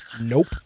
nope